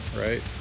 right